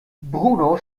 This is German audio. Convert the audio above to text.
bruno